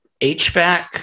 HVAC